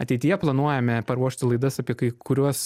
ateityje planuojame paruošti laidas apie kai kuriuos